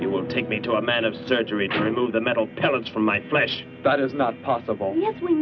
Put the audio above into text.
you will take me to a man of surgery to remove the metal pellets from my flesh that is not possible yes we